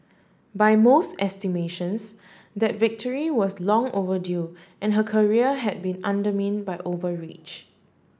by most estimations that victory was long overdue and her career had been by overreach